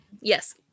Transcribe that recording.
yes